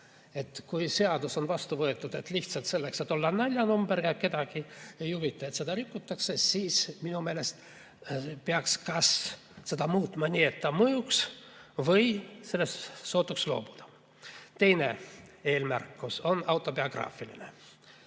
Kui seadus on vastu võetud lihtsalt selleks, et olla naljanumber ja kedagi ei huvita, et seda rikutakse, siis minu meelest peaks kas seda muutma nii, et ta mõjuks, või tuleks sellest sootuks loobuda. Teine eelmärkus on autobiograafiline.